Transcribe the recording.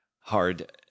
hard